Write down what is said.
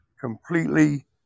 completely